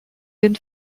den